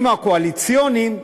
ההסכמים הקואליציוניים,